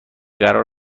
قرار